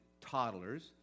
toddlers